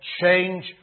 change